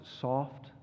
soft